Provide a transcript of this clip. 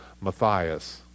Matthias